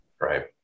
right